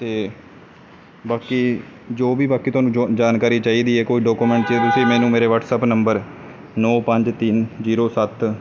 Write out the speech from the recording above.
ਅਤੇ ਬਾਕੀ ਜੋ ਵੀ ਬਾਕੀ ਤੁਹਾਨੂੰ ਜੋ ਜਾਣਕਾਰੀ ਚਾਹੀਦੀ ਹੈ ਕੋਈ ਡਾਕੂਮੈਂਟਰੀ 'ਚ ਤੁਸੀਂ ਮੈਨੂੰ ਮੇਰੇ ਵ੍ਹਾਟਸਐਪ ਨੰਬਰ ਨੋ ਪੰਜ ਤਿੰਨ ਜੀਰੋ ਸੱਤ